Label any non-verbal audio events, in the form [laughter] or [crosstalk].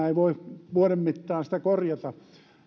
[unintelligible] ei voi vuoden mittaan sitä korjata